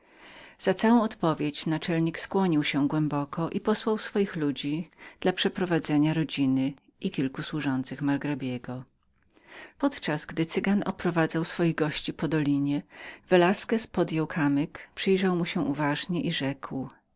za całą odpowiedź naczelnik skłonił się głęboko i posłał swoich ludzi dla przeprowadzenia rodziny i kilku służących margrabiego podczas gdy cygan oprowadzał swoich gości po dolinie velasquez podjął kamyk i rzekł